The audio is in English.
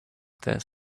this